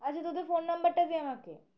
আচ্ছা তোদের ফোন নাম্বরটা দিয়ে আমাকে